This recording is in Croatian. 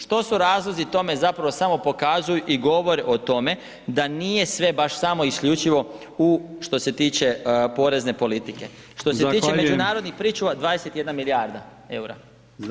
Što su razlozi tome, zapravo samo pokazuju i govore o tome da nije sve baš samo isključivo u što se tiče, porezne politike, što se tiče [[Upadica: Zahvaljujem.]] međunarodnih pričuva, 21 milijarda eura.